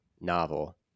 novel